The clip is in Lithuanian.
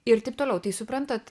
ir taip toliau tai suprantat